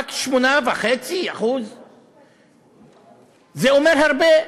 רק 8.5%. זה אומר הרבה.